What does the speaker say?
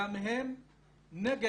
גם הם נגד